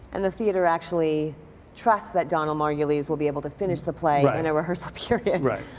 and the theater actually trusts that donald margulies will be able to finish the play in a rehearsal period. right.